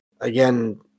again